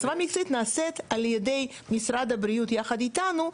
הסבה מקצועית נעשית על ידי משרד הבריאות יחד איתנו,